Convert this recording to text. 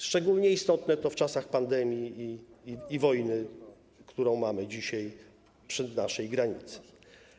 Szczególnie istotne jest to w czasach pandemii i wojny, którą mamy dzisiaj przy naszej granicy.